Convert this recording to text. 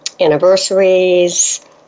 anniversaries